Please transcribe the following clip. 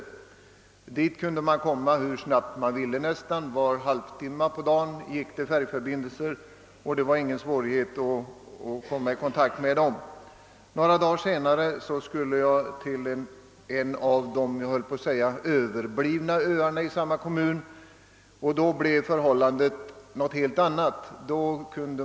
Till den ön kunde man komma nästan hur snabbt som helst; var halvtimme på dagen fanns det en färjförbindelse, och det var ingen svå righet att komma i kontakt med dem som bodde på ön. Några dagar senare skulle jag besöka en av de »överblivna» öarna i samma kommun. Där var förhållandena helt annorlunda.